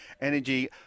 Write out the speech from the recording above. Energy